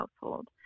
household